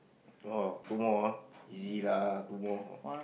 oh two more ah easy lah two more